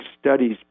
studies